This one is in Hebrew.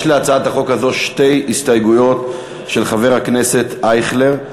יש להצעת החוק הזו שתי הסתייגויות של חבר הכנסת אייכלר.